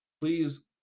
please